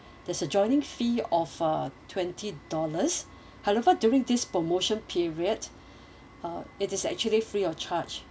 there's a joining fee off uh twenty dollars however during this promotion period uh it is actually free of charge